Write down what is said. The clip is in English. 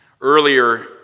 Earlier